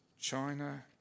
China